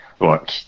look